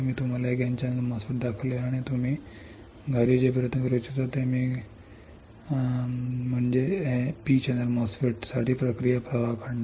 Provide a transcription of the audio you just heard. मी तुम्हाला एक N channel MOSFET दाखवले आहे आणि तुम्ही घरी जे प्रयत्न करू इच्छिता ते मी करू इच्छितो ते म्हणजे P चॅनेल MOSFET साठी प्रक्रिया प्रवाह काढणे